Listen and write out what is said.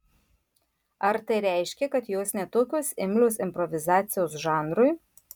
ar tai reiškia kad jos ne tokios imlios improvizacijos žanrui